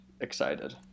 excited